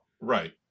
right